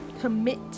commit